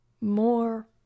more